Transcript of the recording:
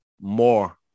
more